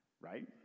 right